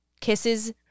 kisses